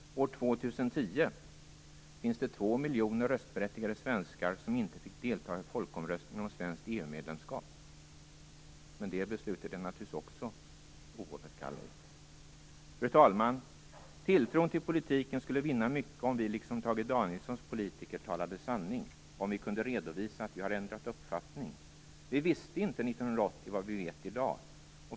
År 2010 finns det två miljoner röstberättigade svenskar som inte fick delta i folkomröstningen om svenskt EU-medlemskap. Men det beslutet är naturligtvis också oåterkalleligt. Fru talman! Tilltron till politiken skulle vinna mycket om vi liksom Tage Danielssons politiker talade sanning, om vi kunde redovisa att vi har ändrat uppfattning. Vi visste inte 1980 vad vi vet i dag.